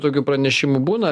tokių pranešimų būna